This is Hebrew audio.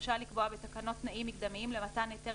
רשאי לקבוע בתקנות תנאים מקדמיים למתן היתר